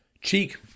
cheek